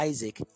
Isaac